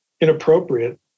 inappropriate